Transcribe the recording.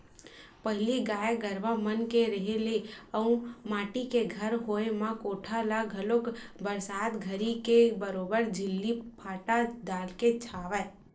पहिली गाय गरुवा मन के रेहे ले अउ माटी के घर होय म कोठा ल घलोक बरसात घरी के बरोबर छिल्ली फाटा डालके छावय